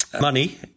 money